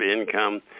income